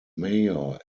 mayor